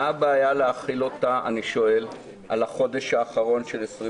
מה הבעיה להחיל אותה על החודש האחרון של 2020?